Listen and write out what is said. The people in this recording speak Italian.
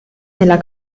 nella